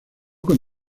con